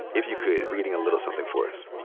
if you could, reading a little something for us.